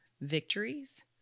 victories